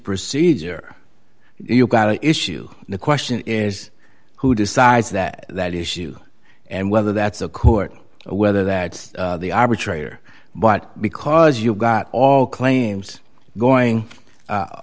procedure you've got an issue the question is who decides that that issue and whether that's a court whether that the arbitrator but because you've got all claims going